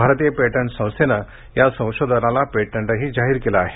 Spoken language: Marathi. भारतीय पेटंट संस्थेनं या संशोधनाला पेटंटही जाहीर केलं आहे